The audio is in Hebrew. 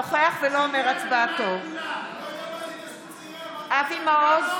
נוכח ולא אומר הצבעתו אבי מעוז,